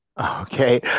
Okay